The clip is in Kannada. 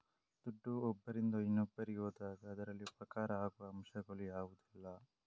ದುಡ್ಡು ಒಬ್ಬರಿಂದ ಇನ್ನೊಬ್ಬರಿಗೆ ಹೋದಾಗ ಅದರಲ್ಲಿ ಉಪಕಾರ ಆಗುವ ಅಂಶಗಳು ಯಾವುದೆಲ್ಲ?